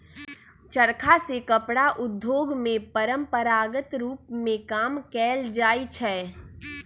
चरखा से कपड़ा उद्योग में परंपरागत रूप में काम कएल जाइ छै